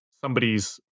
somebody's